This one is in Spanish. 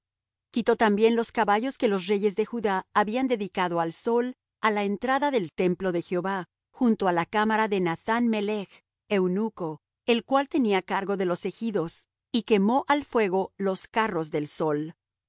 quitó también los caballos que los reyes de judá habían dedicado al sol á la entrada del templo de jehová junto á la cámara de nathan melech eunuco el cual tenía cargo de los ejidos y quemó al fuego los carros del sol